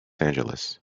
angeles